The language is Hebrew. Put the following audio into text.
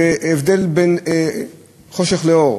זה הבדל בין חושך לאור.